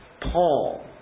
Paul